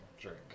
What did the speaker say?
drink